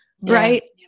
right